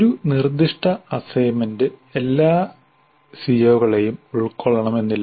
ഒരു നിർദ്ദിഷ്ട അസൈൻമെന്റ് എല്ലാ സിഒകളെയും ഉൾക്കൊള്ളണമെന്നില്ല